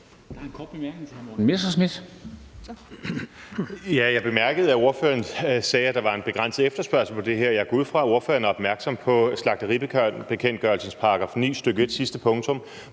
Jeg bemærkede, at ordføreren sagde, at der var en begrænset efterspørgsel på det her. Jeg går ud fra, at ordføreren er opmærksom på slagteribekendtgørelsens § 9, stk. 1, sidste pkt.,